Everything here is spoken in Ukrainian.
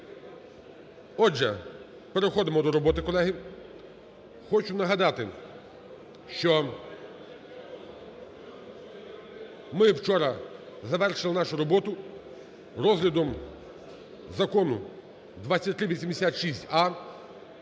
Отже, переходимо до роботи, колеги. Хочу нагадати, що ми вчора завершили нашу роботу розглядом Закону 2386а,